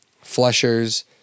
flushers